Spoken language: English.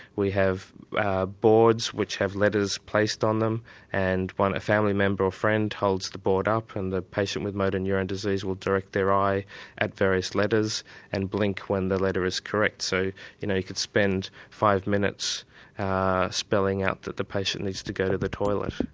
we have boards which have letters placed on them and a family member or friend holds the board up and the patient with motor neurone disease will direct their eye at various letters and blink when the letter is correct. so you know you could spend five minutes spelling out that the patient needs to go to the toilet. i